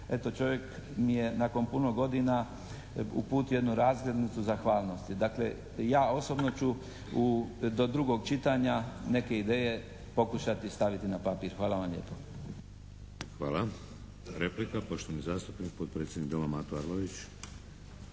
čovjek mi je nakon puno godina uputio jednu razglednicu zahvalnosti. Dakle, ja osobno ću do drugog čitanja neke ideje pokušati staviti na papir. Hvala vam lijepo. **Šeks, Vladimir (HDZ)** Hvala. Replika, poštovani zastupnik, potpredsjednik Doma, Mato Arlović.